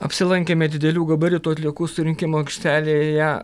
apsilankėme didelių gabaritų atliekų surinkimo aikštelėje